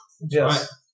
Yes